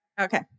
okay